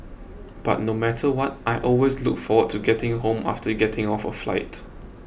but no matter what I always look forward to getting home after getting off a flight